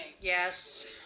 Yes